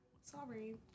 Sorry